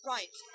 Right